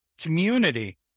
community